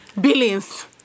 Billions